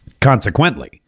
Consequently